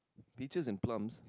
peaches and plums